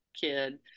kid